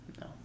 no